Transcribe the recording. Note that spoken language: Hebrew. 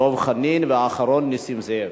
דב חנין, ואחרון, נסים זאב.